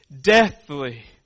deathly